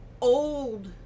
old